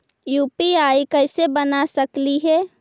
UPI कैसे बना सकली हे?